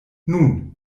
nun